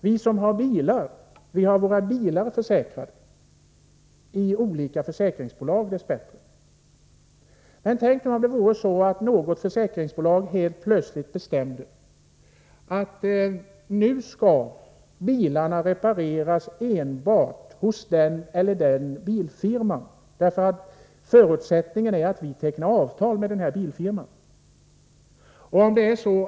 Vi som har bilar har våra bilar försäkrade — i olika försäkringsbolag dess bättre. Men tänk nu om det vore så att något försäkringsbolag helt plötsligt bestämde att bilarna hädanefter skulle repareras endast hos den eller den bilfirman. Förutsättningen är att försäkringsbolaget tecknar avtal med bilfirman.